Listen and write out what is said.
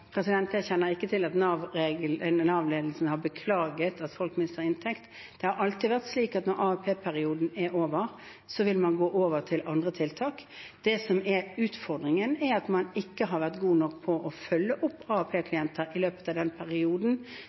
Jeg kjenner ikke til at Nav-ledelsen har beklaget at folk mister inntekt. Det har alltid vært slik at når AAP-perioden er over, vil man gå over på andre tiltak. Det som er utfordringen, er at man ikke har vært god nok til å følge opp AAP-klienter i løpet av den perioden